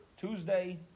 Tuesday